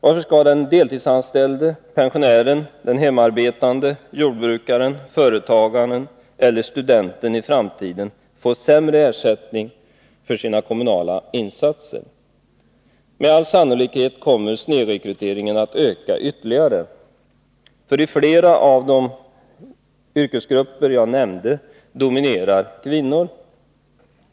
Varför skall den deltidsanställde, pensionären, den hemarbetande, jordbrukaren, företagaren eller studenten i framtiden få sämre ersättning för sina kommunala insatser? Med all sannolikhet kommer snedrekryteringen att öka ytterligare. I flera av de yrkesgrupper som jag nämnde dominerar kvinnorna.